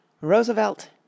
Roosevelt